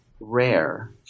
rare